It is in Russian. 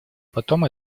потом